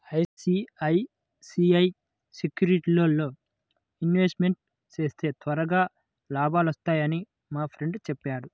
ICICI సెక్యూరిటీస్లో investment చేస్తే త్వరగా లాభాలొత్తన్నయ్యని మా ఫ్రెండు చెప్పాడు